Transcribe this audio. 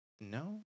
No